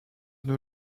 nos